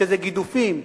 כשזה גידופים.